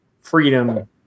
freedom